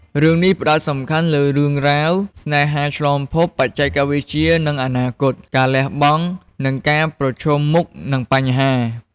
រឿងនេះផ្តោតសំខាន់លើរឿងរ៉ាវស្នេហាឆ្លងភព បច្ចេកវិទ្យា និងអនាគត ការលះបង់ និងការប្រឈមមុខនឹងបញ្ហា ។